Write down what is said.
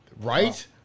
right